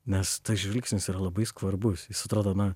nes tas žvilgsnis yra labai skvarbus jis atrodo na